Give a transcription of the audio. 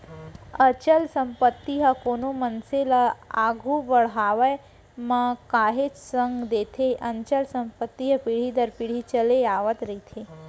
अचल संपत्ति ह कोनो मनसे ल आघू बड़हाय म काहेच संग देथे अचल संपत्ति ह पीढ़ी दर पीढ़ी चले आवत रहिथे